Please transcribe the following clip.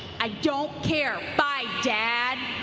i don't care. bye dad.